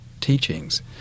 teachings